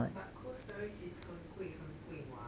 but cold storage is 很贵很贵 [what]